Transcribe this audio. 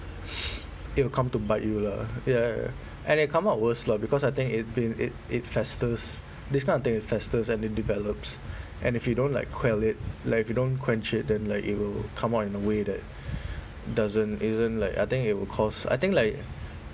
it will come to bite you lah ya and it come out worse lah because I think it'd been it it festers this kind of thing it festers and it develops and if you don't like quell it like if you don't quench it then like it will come out in a way that doesn't isn't like I think it will cause I think like